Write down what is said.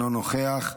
אינו נוכח,